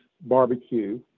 Barbecue